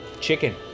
Chicken